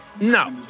No